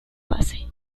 base